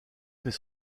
fait